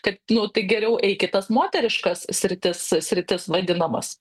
kad nu tai geriau eik į tas moteriškas sritis sritis vadinamas